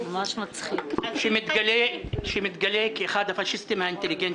שמתגלה כאחד הפשיסטים האינטליגנטיים.